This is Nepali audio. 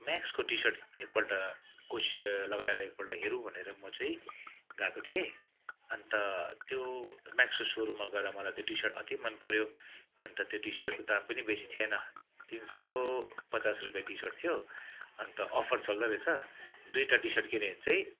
म्याक्सको टिसर्ट एकपल्ट कोसिस लगाएर एकपल्ट हेरौँ भनेर म चाहिँ गएको थिएँ अन्त त्यो म्याक्सको सोरूममा गएर मलाई त्यो टिसर्ट अति मनपऱ्यो अन्त त्यो टिसर्टको दाम पनि बेसी थिएन तिन सौ पचास रुपियाँ टिसर्ट थियो अन्त अफर चल्दैरहेछ दुईवटा टिसर्ट किन्यो भने चाहिँ